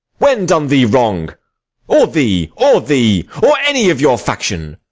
when done thee wrong or thee or thee or any of your faction?